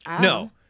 No